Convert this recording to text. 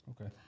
Okay